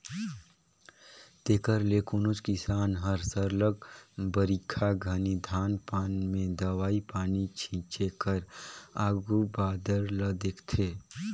तेकर ले कोनोच किसान हर सरलग बरिखा घनी धान पान में दवई पानी छींचे कर आघु बादर ल देखथे